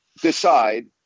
decide